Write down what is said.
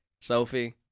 Sophie